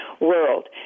world